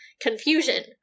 confusion